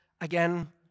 again